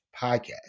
podcast